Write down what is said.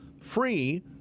free